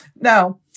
Now